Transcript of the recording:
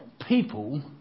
people